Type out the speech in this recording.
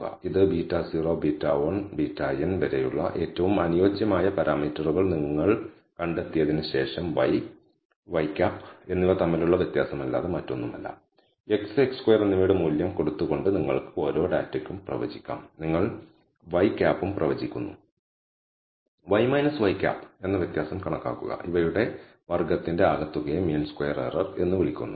ഇത് β0 β1 βn വരെയുള്ള ഏറ്റവും അനുയോജ്യമായ പാരാമീറ്ററുകൾ നിങ്ങൾ കണ്ടെത്തിയതിന് ശേഷം y ŷ എന്നിവ തമ്മിലുള്ള വ്യത്യാസമല്ലാതെ മറ്റൊന്നുമല്ല x x2 എന്നിവയുടെ മൂല്യം കൊടുത്തു കൊണ്ട് നിങ്ങൾക്ക് ഓരോ ഡാറ്റയ്ക്കും പ്രവചിക്കാം നിങ്ങൾ ŷ ഉം പ്രവചിക്കുന്നു y ŷ എന്ന വ്യത്യാസം കണക്കാക്കുക ഇവയുടെ വർഗ്ഗത്തിന്റെ ആകെത്തുകയെ മീൻ സ്ക്വയർ എറർ എന്ന് വിളിക്കുന്നു